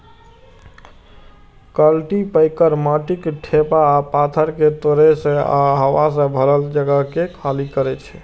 cultipacker माटिक ढेपा आ पाथर कें तोड़ै छै आ हवा सं भरल जगह कें खाली करै छै